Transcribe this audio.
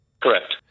Correct